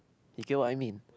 you get what I mean